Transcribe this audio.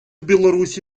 білорусі